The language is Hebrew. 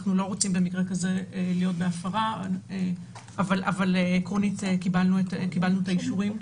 אנחנו לא רוצים במקרה כזה להיות בהפרה אבל עקרונית קיבלנו את האישורים.